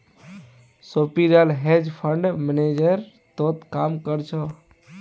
सोपीराल hedge fund manager तोत काम कर छ